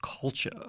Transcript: culture